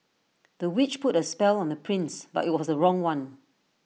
the witch put A spell on the prince but IT was the wrong one